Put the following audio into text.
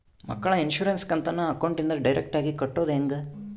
ಮಕ್ಕಳ ಇನ್ಸುರೆನ್ಸ್ ಕಂತನ್ನ ಅಕೌಂಟಿಂದ ಡೈರೆಕ್ಟಾಗಿ ಕಟ್ಟೋದು ಹೆಂಗ?